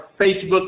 Facebook